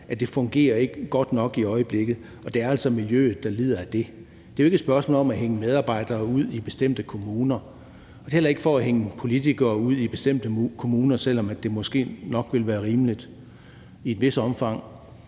at det ikke fungerer godt nok i øjeblikket – og det er altså miljøet, der lider under det. Det er jo ikke et spørgsmål om at hænge medarbejdere ud i bestemte kommuner, heller ikke at hænge bestemte politikere ud i bestemte kommuner, selv om det måske nok ville være rimeligt i et vist omfang.